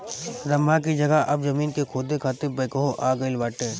रम्भा की जगह अब जमीन के खोदे खातिर बैकहो आ गईल बाटे